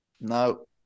No